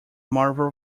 marvel